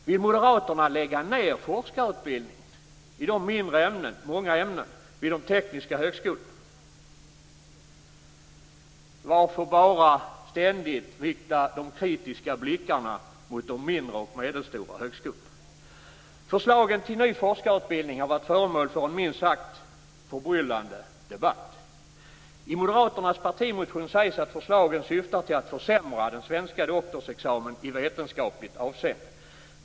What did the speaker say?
Vill moderaterna lägga ned forskarutbildningen i de många mindre ämnena vid de tekniska högskolorna? Varför ständigt rikta de kritiska blickarna enbart mot de mindre och medelstora högskolorna? Förslagen till ny forskarutbildning har varit föremål för en minst sagt förbryllande debatt. I moderaternas partimotion sägs att förslagen syftar till att försämra den svenska doktorsexamen i vetenskapligt avseende.